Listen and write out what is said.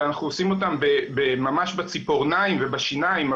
ואנחנו עושים אותן ממש בציפורניים ובשיניים,